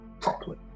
properly